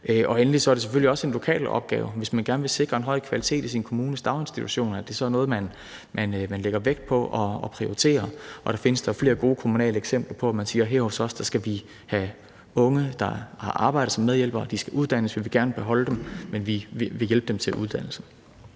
Endelig er det selvfølgelig også en lokal opgave. Hvis man gerne vil sikre en høj kvalitet i sin kommunes daginstitutioner, er det noget, man må lægge vægt på og prioritere, og der findes flere gode kommunale eksempler på, at man siger: Her hos os skal vi have unge, der arbejder som medhjælpere, og de skal uddannes, og vi vil gerne beholde dem, men vi vil hjælpe dem til uddannelsen.